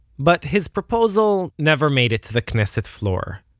but his proposal never made it to the knesset floor.